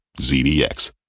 ZDX